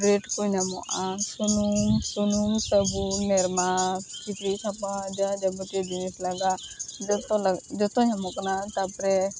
ᱵᱮᱨᱮᱴ ᱠᱚ ᱧᱟᱢᱚᱜᱼᱟ ᱥᱩᱱᱩᱢ ᱥᱩᱱᱩᱢ ᱥᱟᱵᱚᱱ ᱱᱤᱨᱢᱟ ᱠᱤᱪᱨᱤᱡ ᱥᱟᱯᱷᱟ ᱡᱟ ᱡᱟᱵᱚᱛᱤᱭᱳ ᱡᱤᱱᱤᱥ ᱞᱟᱜᱟᱜ ᱡᱚᱛᱚ ᱡᱚᱛᱚ ᱧᱟᱢᱚᱜ ᱠᱟᱱᱟ ᱛᱟᱯᱚᱨᱮ